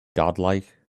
godlike